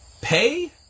pay